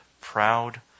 proud